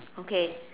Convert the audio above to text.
okay